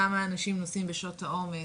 כמה אנשים נוסעים בשעות העומס,